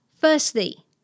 firstly